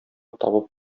табып